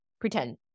pretend